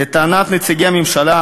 לטענת נציגי הממשלה,